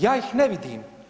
Ja ih ne vidim.